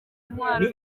intwaro